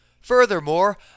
Furthermore